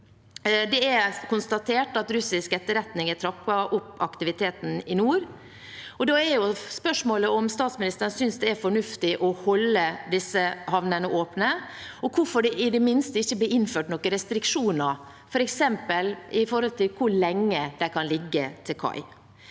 Det er konstatert at russisk etterretning har trappet opp aktiviteten i nord. Da er spørsmålet om statsministeren synes det er fornuftig å holde disse havnene åpne, og hvorfor det ikke i det minste blir innført noen restriksjoner, f.eks. med hensyn til hvor lenge de kan ligge til kai.